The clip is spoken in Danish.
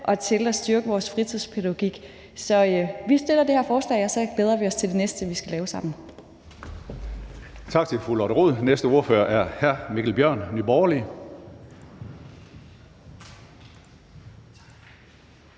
og til at styrke vores fritidspædagogik. Så vi støtter det her forslag, og vi glæder os til det næste, vi skal lave sammen.